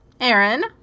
Aaron